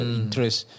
interest